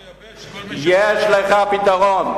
לייבש כל מה, יש לך פתרון.